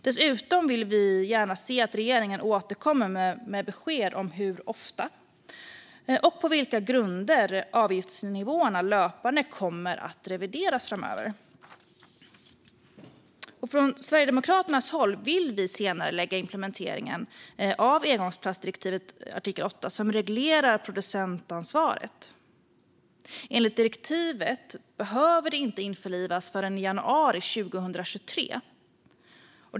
Dessutom vill vi gärna se att regeringen återkommer med besked om hur ofta och på vilka grunder avgiftsnivåerna löpande kommer att revideras framöver. Från Sverigedemokraternas håll vill vi senarelägga implementeringen av engångsplastdirektivets artikel 8, som reglerar producentansvaret. Enligt direktivet behöver det inte införlivas förrän i januari 2023.